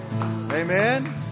Amen